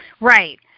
Right